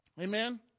Amen